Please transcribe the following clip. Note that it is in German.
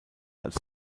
als